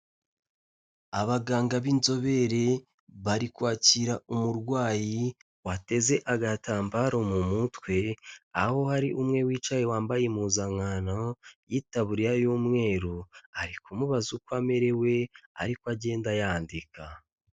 Abaganga b'inzobere bari kwakira umurwayi wateze agatambaro mu mutwe, aho hari umwe wicaye wambaye impuzankano yitaburiya y'umweru, ari kumubaza uko amerewe ariko agenda yandika.